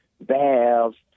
baths